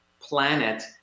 planet